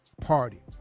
party